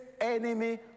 enemy